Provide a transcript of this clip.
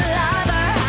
lover